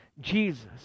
Jesus